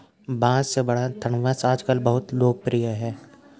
बाँस से बना थरमस आजकल बहुत लोकप्रिय हो रहा है